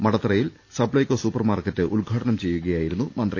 മടത്തറയിൽ Supplyco super market ഉദ്ഘാടനം ചെയ്യുകയായിരുന്നു മന്ത്രി